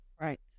Right